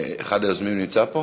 אחד היוזמים נמצא פה?